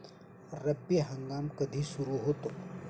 रब्बी हंगाम कधी सुरू होतो?